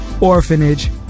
orphanage